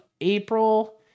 April